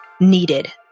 needed